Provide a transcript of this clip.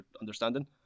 understanding